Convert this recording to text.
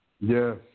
Yes